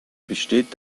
besteht